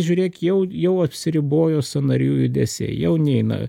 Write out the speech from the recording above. žiūrėk jau jau apsiribojo sąnarių judesiai jau neina